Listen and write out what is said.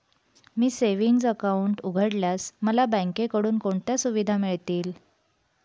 मी savings account उघडल्यास मला बँकेकडून कोणत्या सुविधा मिळतील?